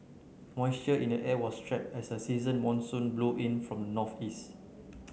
moisture in the air was trapped as a season monsoon blew in from the northeast